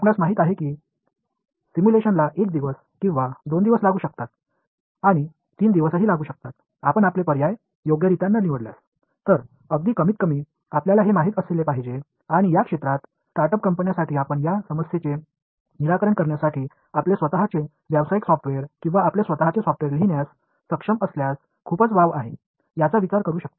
आपणास माहित आहे की सिम्युलेशनला 1 दिवस किंवा 2 दिवस लागू शकतात आणि 3 दिवसही लागू शकतात आपण आपले पर्याय योग्यरित्या न निवडल्यास तर अगदी कमीतकमी आपल्याला हे माहित असले पाहिजे आणि या क्षेत्रात स्टार्टअप कंपन्यांसाठी आपण या समस्येचे निराकरण करण्यासाठी आपले स्वत चे व्यावसायिक सॉफ्टवेअर किंवा आपले स्वतचे सॉफ्टवेअर लिहिण्यास सक्षम असल्यास खूपच वाव आहे याचा विचार करू शकता